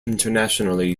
internationally